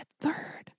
third